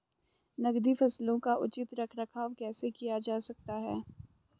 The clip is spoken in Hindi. नकदी फसलों का उचित रख रखाव कैसे किया जा सकता है?